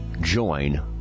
join